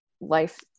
life